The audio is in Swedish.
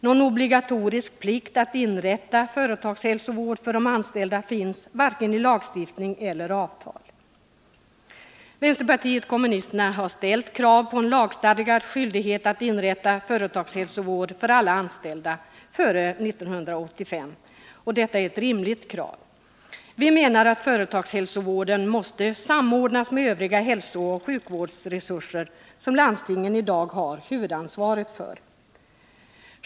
Någon obligatorisk plikt att inrätta företagshälsovård för de anställda finns inte inskriven vare sig i lagstiftning eller i avtal. Vänsterpartiet kommunisterna har ställt krav på en lagstadgad skyldighet att inrätta företagshälsovård för alla anställda före 1985, och detta är ett rimligt krav. Vi menar att företagshälsovården måste samordnas med övriga hälsooch sjukvårdsresurser, som landstingen i dag har huvudansvaret för.